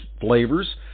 flavors